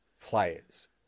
players